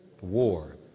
War